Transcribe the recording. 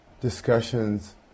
discussions